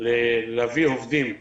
להביא עובדים לארץ.